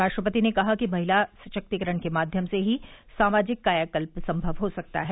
राष्ट्रपति ने कहा कि महिला सशक्तीकरण के माध्यम से ही सामाजिक कायाकल्प संभव हो सकता है